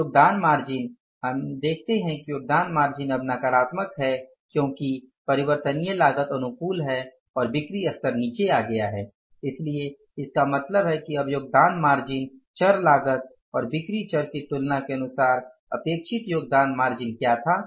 अब योगदान मार्जिन हमें देखते है कि योगदान मार्जिन अब नकारात्मक है क्योंकि परिवर्तनीय लागत अनुकूल है और बिक्री स्तर नीचे आ गया है इसलिए इसका मतलब है कि अब योगदान मार्जिन चर लागत और बिक्री चर की तुलना के अनुसार अपेक्षित योगदान मार्जिन क्या था